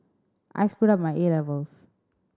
I screwed up my A levels